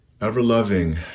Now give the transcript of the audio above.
Ever-loving